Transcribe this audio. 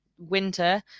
winter